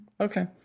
Okay